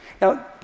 Now